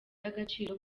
y’agaciro